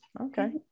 okay